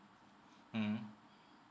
mmhmm